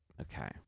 Okay